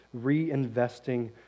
reinvesting